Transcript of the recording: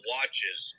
Watches